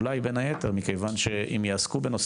אולי בין היתר מכיוון שאם יעסקו בנושא